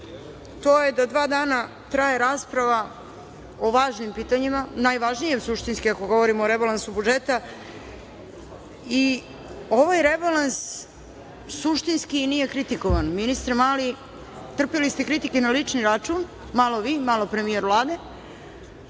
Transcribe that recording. to je da dva dana traje rasprava o važnim pitanjima, najvažnije suštinske, ako govorimo o rebalansu budžeta i ovaj rebalans suštinski i nije kritikovan. Ministre Mali, trpeli ste kritike na lični račun, malo vi, malo premijer Vlade,